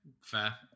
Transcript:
fair